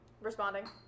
Responding